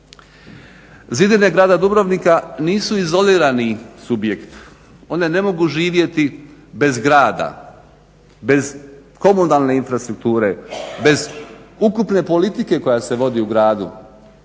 Zidine grada Dubrovnika nisu izolirani subjekt, one ne mogu živjeti bez grada, bez komunalne infrastrukture, bez ukupne politike koja se vodi u gradu.